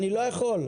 אני לא יכול.